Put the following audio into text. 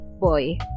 boy